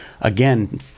again